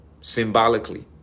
Symbolically